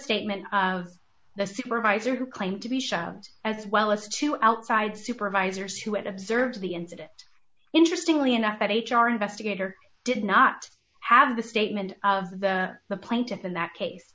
statement of the supervisor who claimed to be show as well as two outside supervisors who had observed the incident interestingly enough that h r investigator did not have the statement of the the plaintiffs in that case